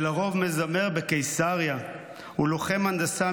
שלרוב מזמר בקיסריה / לוחם הנדסה,